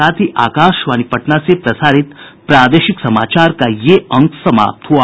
इसके साथ ही आकाशवाणी पटना से प्रसारित प्रादेशिक समाचार का ये अंक समाप्त हुआ